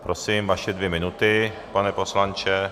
Prosím, vaše dvě minuty, pane poslanče.